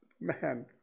man